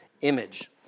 image